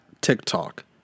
TikTok